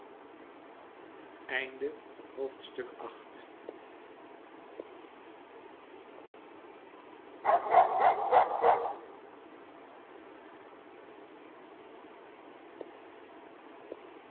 voldoening van het